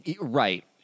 Right